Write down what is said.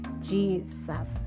Jesus